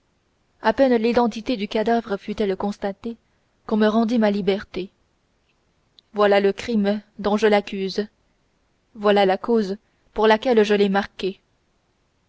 à peine l'identité du cadavre fut-elle constatée qu'on me rendit ma liberté voilà le crime dont je l'accuse voilà la cause pour laquelle je l'ai marquée